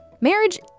Marriage